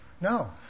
No